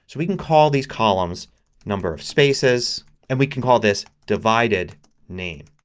so we can call these columns number of spaces and we can call this divided name.